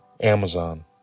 Amazon